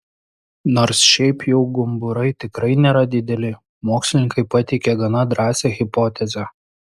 nors šiaip jau gumburai tikrai nėra dideli mokslininkai pateikė gana drąsią hipotezę